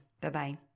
Bye-bye